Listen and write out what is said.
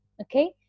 Okay